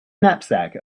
knapsack